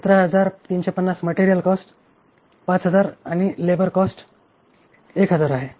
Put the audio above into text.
17350 material cost 5000 आणि labour costs 1000 आहे